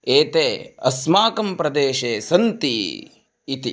एते अस्मांकं प्रदेशे सन्ति इति